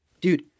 Dude